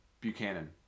Buchanan